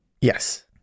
Yes